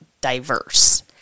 diverse